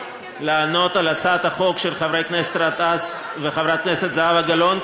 לענות על הצעות החוק של חבר הכנסת גטאס וחברת הכנסת זהבה גלאון.